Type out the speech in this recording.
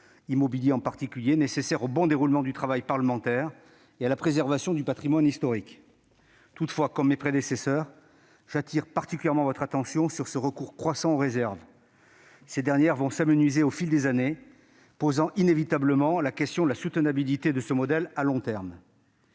immobilier nécessaires au bon déroulement du travail parlementaire et à la préservation du patrimoine historique. Toutefois, comme mes prédécesseurs, j'appelle votre attention sur ce recours croissant aux réserves. Ces dernières vont s'amenuiser au fil des années, ce qui pose inévitablement la question de la soutenabilité de ce modèle à long terme.